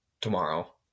tomorrow